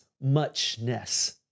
muchness